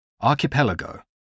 Archipelago